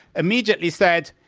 immediately said,